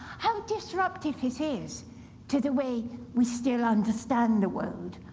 how disruptive it is to the way we still understand the world,